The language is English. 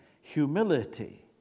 humility